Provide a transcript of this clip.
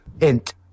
Int